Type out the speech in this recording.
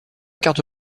carte